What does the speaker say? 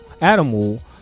animal